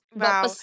Wow